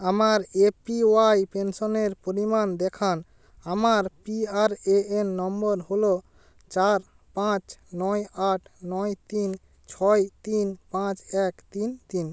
আমার এপিওয়াই পেনশনের পরিমাণ দেখান আমার পিআরএএন নম্বর হলো চার পাঁচ নয় আট নয় তিন ছয় তিন পাঁচ এক তিন তিন